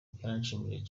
byaranshimishije